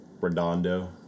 Redondo